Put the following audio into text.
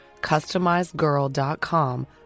customizedgirl.com